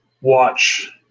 watch